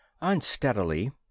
Unsteadily